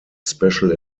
special